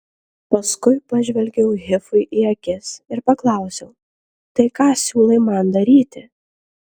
paskui pažvelgiau hifui į akis ir paklausiau tai ką siūlai man daryti